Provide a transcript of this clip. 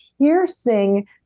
piercing